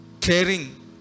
Caring